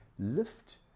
lift